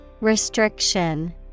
Restriction